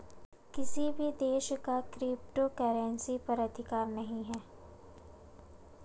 किसी भी देश का क्रिप्टो करेंसी पर अधिकार नहीं है